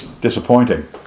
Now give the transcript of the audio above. disappointing